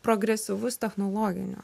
progresyvus technologiniu